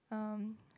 um